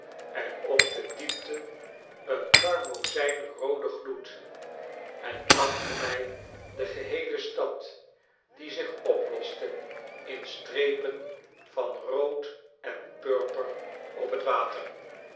en op de diepte een karmozijnrooden gloed en achter mij de geheele stad die zich oploste in strepen van rood en purper op het water